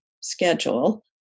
schedule